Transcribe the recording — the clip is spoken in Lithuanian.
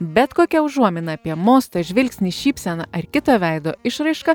bet kokia užuomina apie mostą žvilgsnį šypseną ar kitą veido išraišką